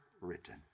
written